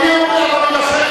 הדיון לא יכול להימשך.